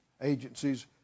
agencies